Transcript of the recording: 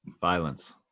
Violence